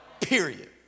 Period